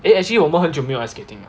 eh actually 我们很久没有 ice skating 了